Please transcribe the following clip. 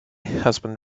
husband